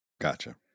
Gotcha